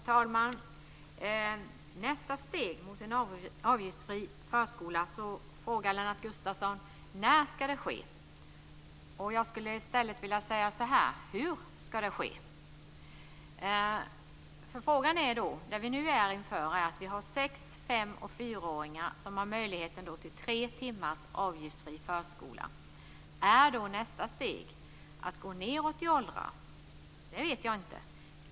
Herr talman! Lennart Gustavsson frågar när nästa steg mot en avgiftsfri förskola ska ske. Jag skulle i stället vilja säga följande. Hur ska det ske? Vi har nu sexåringar, femåringar och fyraåringar som har möjlighet till tre timmars avgiftsfri förskola. Är nästa steg att gå nedåt i åldrarna? Det vet jag inte.